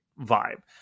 vibe